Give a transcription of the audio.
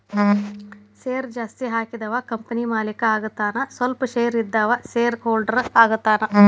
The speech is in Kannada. ಶೇರ್ ಜಾಸ್ತಿ ಹಾಕಿದವ ಕಂಪನಿ ಮಾಲೇಕ ಆಗತಾನ ಸ್ವಲ್ಪ ಶೇರ್ ಇದ್ದವ ಶೇರ್ ಹೋಲ್ಡರ್ ಆಗತಾನ